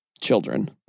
children